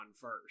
first